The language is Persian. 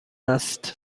است